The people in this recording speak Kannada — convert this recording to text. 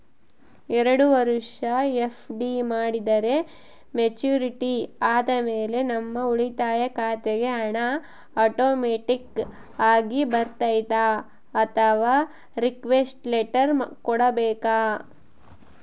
ಎರಡು ವರುಷ ಎಫ್.ಡಿ ಮಾಡಿದರೆ ಮೆಚ್ಯೂರಿಟಿ ಆದಮೇಲೆ ನಮ್ಮ ಉಳಿತಾಯ ಖಾತೆಗೆ ಹಣ ಆಟೋಮ್ಯಾಟಿಕ್ ಆಗಿ ಬರ್ತೈತಾ ಅಥವಾ ರಿಕ್ವೆಸ್ಟ್ ಲೆಟರ್ ಕೊಡಬೇಕಾ?